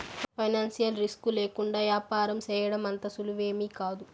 financial risk లేకుండా యాపారం సేయడం అంత సులువేమీకాదు